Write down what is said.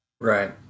Right